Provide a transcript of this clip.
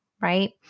right